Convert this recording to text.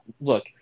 look